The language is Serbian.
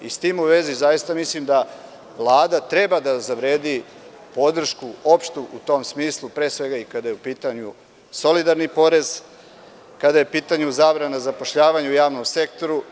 S tim u vezi, mislim da Vlada treba da zavredi podršku opštu u tom smislu, pre svega kada je u pitanju solidarni porez, kada je u pitanju zabrana zapošljavanja u javnom sektoru.